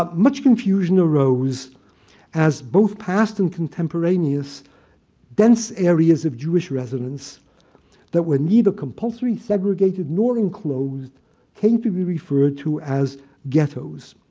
um much confusion arose as both past and contemporaneous dense areas of jewish residents that were neither compulsory segregated nor enclosed came to be referred to as ghettos.